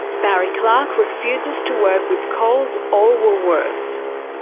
barry clarke refuses to work with coles or woolworths.